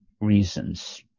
reasons